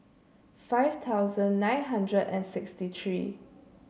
five thousand nine hundred and sixty three